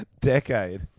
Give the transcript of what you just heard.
decade